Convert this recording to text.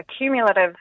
cumulative